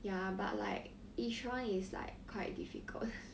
ya but like each one is like quite difficult